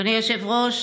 אדוני היושב-ראש,